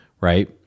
right